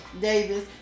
Davis